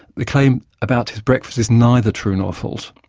the claim about his breakfast is neither true nor false.